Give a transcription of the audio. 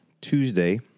Tuesday